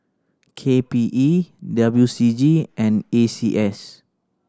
K P E W C G and A C S